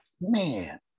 man